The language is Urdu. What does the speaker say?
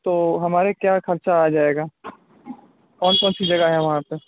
تو ہمارے کیا خرچہ آ جائے گا کون کون سی جگہ ہے وہاں پہ